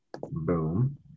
Boom